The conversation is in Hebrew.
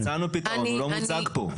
הצענו פתרון, הוא לא מוצג פה.